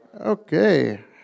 okay